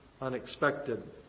unexpected